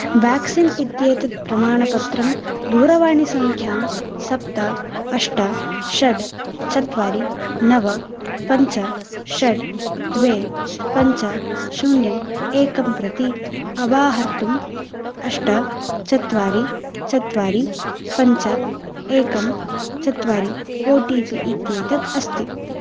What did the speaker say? vaccine इत्येतत् प्रमाणपत्रं दूरवाणीसङ्ख्यां सप्त अष्ट षड् चत्वारि नव पञ्च षड् द्वे पञ्च शून्यं एकं प्रति अवाहर्तुम् अष्ट चत्वारि चत्वारि पञ्च एकं चत्वारि ओ टि पि इत्येतत् अस्ति